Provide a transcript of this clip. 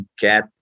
get